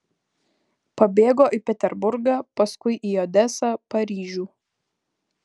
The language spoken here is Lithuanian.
pabėgo į peterburgą paskui į odesą paryžių